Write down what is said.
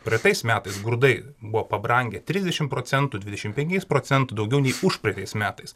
praeitais metais grūdai buvo pabrangę trisdešimt procentų dvidešimt penkiais procentų daugiau nei užpraeitais metais